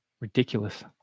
Ridiculous